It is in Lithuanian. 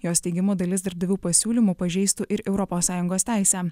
jos teigimu dalis darbdavių pasiūlymų pažeistų ir europos sąjungos teisę